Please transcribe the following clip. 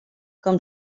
com